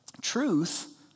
Truth